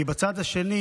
כי בצד השני